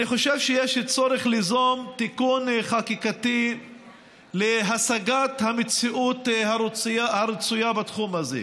אני חושב שיש צורך ליזום תיקון חקיקתי להשגת המציאות הרצויה בתחום הזה,